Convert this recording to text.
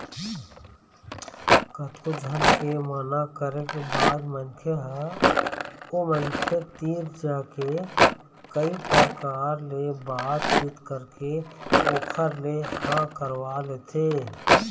कतको झन के मना करे के बाद मनखे ह ओ मनखे तीर जाके कई परकार ले बात चीत करके ओखर ले हाँ करवा लेथे